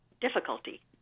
difficulty